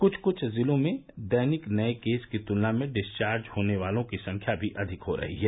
कुछ कुछ जिलों में दैनिक नये केस की तुलना में डिस्चार्ज होने वालों की संख्या भी अधिक हो रही है